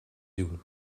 dew